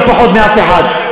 לא פחות מאף אחד,